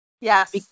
Yes